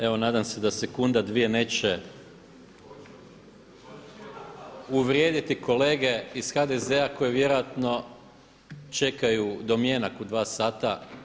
Evo nadam se da sekunda, dvije neće uvrijediti kolege iz HDZ-a koji vjerojatno čekaju domjenak u 2 sata.